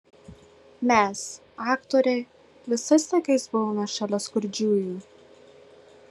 mes aktoriai visais laikais buvome šalia skurdžiųjų